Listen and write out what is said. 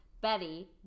Betty